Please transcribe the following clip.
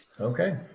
okay